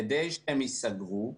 כדי שהם ייסגרו,